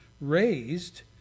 raised